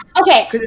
Okay